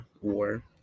war